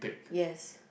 yes